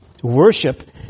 Worship